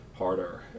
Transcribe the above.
Harder